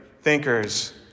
thinkers